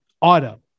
auto